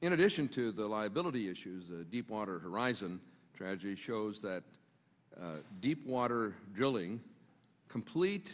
in addition to the liability issues the deepwater horizon tragedy shows that deepwater drilling complete